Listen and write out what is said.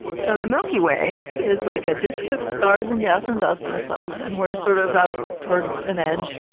so the milky way, is like a disk of stars and gas and dust and stuff, and we're sort of out toward an edge.